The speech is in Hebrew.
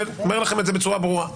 אני אומר לכם בצורה ברורה,